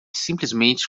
simplesmente